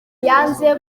yanze